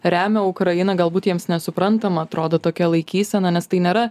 remia ukrainą galbūt jiems nesuprantama atrodo tokia laikysena nes tai nėra